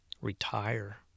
retire